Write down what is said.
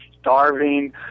starving